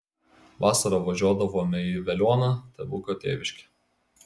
vasarą važiuodavome į veliuoną tėvuko tėviškę